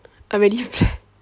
already plan